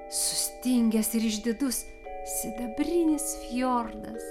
sustingęs ir išdidus sidabrinis fjordas